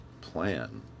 plan